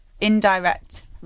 indirect